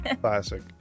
Classic